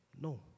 No